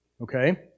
Okay